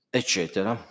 eccetera